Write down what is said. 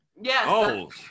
Yes